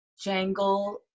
jangle